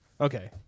Okay